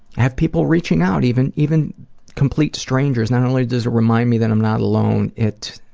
have people reaching out, even even complete strangers. not only does it remind me that i'm not alone, it